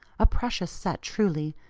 a precious set, truly.